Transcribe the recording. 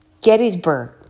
Gettysburg